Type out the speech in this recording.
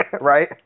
right